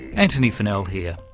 antony funnell here.